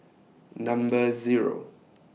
Number Zero